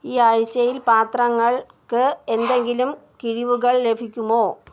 ഈ ആഴ്ചയിൽ പാത്രങ്ങൾക്ക് എന്തെങ്കിലും കിഴിവുകൾ ലഭിക്കുമോ